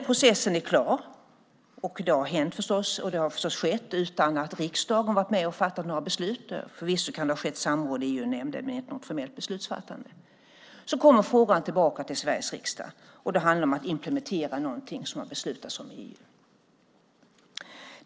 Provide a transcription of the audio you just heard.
Processen har förstås skett utan att riksdagen varit med och fattat några beslut. Förvisso kan det ha skett samråd i EU-nämnden, men inte något formellt beslutsfattande. När den processen blivit klar kommer frågan tillbaka till Sveriges riksdag. Då handlar det om att implementera någonting som EU har beslutat om.